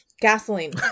gasoline